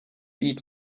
eat